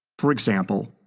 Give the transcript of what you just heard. for example,